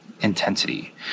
intensity